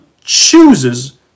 chooses